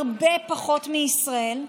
הרבה פחות מישראל,